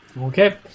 Okay